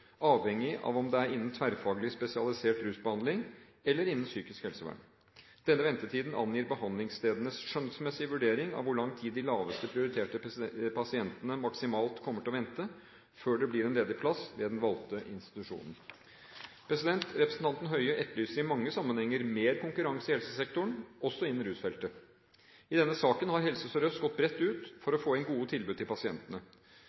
avhengig av om det er innen tverrfaglig spesialisert rusbehandling eller innen psykisk helsevern. Denne ventetiden angir behandlingsstedenes skjønnsmessige vurdering av hvor lang tid de lavest prioriterte pasientene maksimalt kommer til å vente før det blir en ledig plass ved den valgte institusjonen. Representanten Høie etterlyser i mange sammenhenger mer konkurranse i helsesektoren, også innen rusfeltet. I denne saken har Helse Sør-Øst gått bredt ut for å få inn gode tilbud til pasientene.